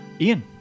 Ian